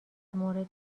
مورد